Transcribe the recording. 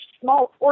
small